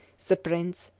the prince,